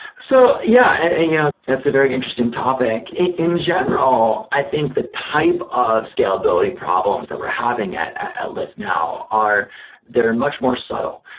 so yeah yeah, that's a very interesting topic. in general, i think the type of scalability problems that we're having at lyft now are they are much more subtle,